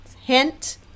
Hint